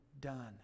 done